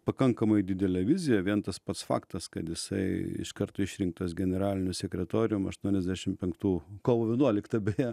pakankamai didelę viziją vien tas pats faktas kad jisai iš karto išrinktas generaliniu sekretorium aštuoniasdešim penktų kovo vienuoliktą beje